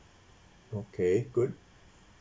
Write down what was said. okay good